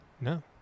no